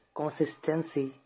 consistency